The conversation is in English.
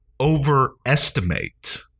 overestimate